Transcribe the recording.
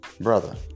brother